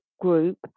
group